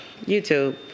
YouTube